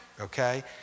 Okay